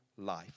life